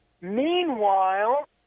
Meanwhile